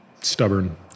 stubborn